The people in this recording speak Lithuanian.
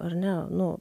ar ne nu